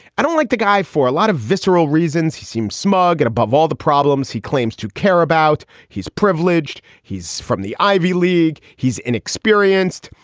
i don't like the guy. for a lot of visceral reasons. he seems smug and above all, the problems he claims to care about. he's privileged. he's from the ivy league. he's inexperienced.